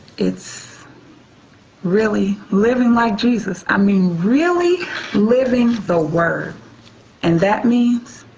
its really living like jesus. i mean really living the word and that means,